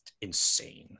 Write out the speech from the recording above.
Insane